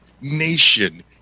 nation